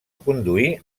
conduir